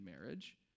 marriage